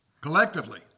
collectively